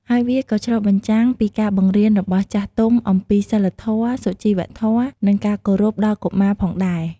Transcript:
ហើយវាក៏ឆ្លុះបញ្ចាំងពីការបង្រៀនរបស់ចាស់ទុំអំពីសីលធម៌ សុជីវធម៌ និងការគោរព ដល់កុមារផងដែរ។